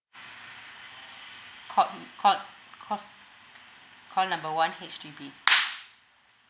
call call call call number one H_D_B